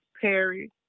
Perry